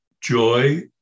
joy